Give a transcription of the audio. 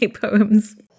poems